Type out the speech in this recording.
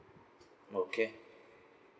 okay